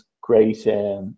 great